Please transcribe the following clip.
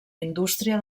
indústria